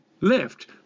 left